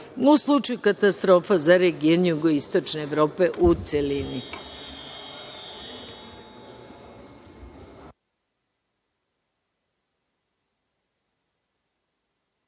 u slučaju katastrofa za region Jugoistočne Evrope, u